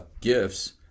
gifts